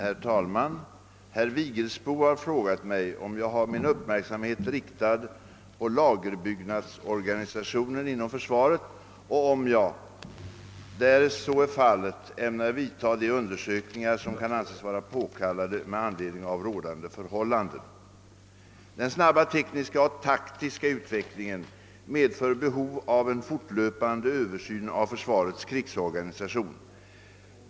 Herr talman! Herr Vigelsbo har frågat mig, om jag har min uppmärksamhet riktad på lagerbyggnadsorganisationen inom försvaret och om jag — därest så är fallet ämnar vidta de undersökningar som kan anses vara påkallade med anledning av de rådande förhållandena. Den snabba tekniska och taktiska utvecklingen medför behov av en fortlöpande översyn av försvarets krigsorganisation.